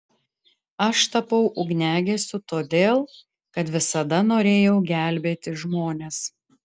aš tapau ugniagesiu todėl kad visada norėjau gelbėti žmones